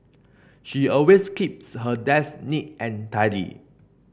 she always keeps her desk neat and tidy